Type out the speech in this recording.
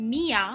Mia